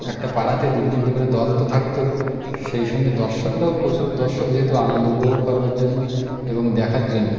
একটা পাড়াতে দুটো তিনটে করে দল তো থাকত সেই সঙ্গে দর্শকরাও প্রচুর দর্শক যেহেতু আনন্দ উপভোগ করার জন্য এবং দেখার জন্য